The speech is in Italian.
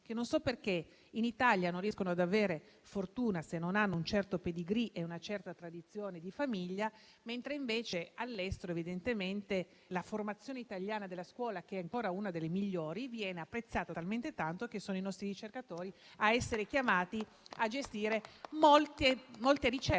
che - non so perché - in Italia non riescono ad avere fortuna se non hanno un certo pedigree e una certa tradizione di famiglia. All'estero, invece, la formazione della scuola italiana, che è ancora una delle migliori, viene apprezzata talmente tanto che sono i nostri ricercatori a essere chiamati a gestire molte ricerche.